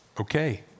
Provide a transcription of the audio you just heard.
Okay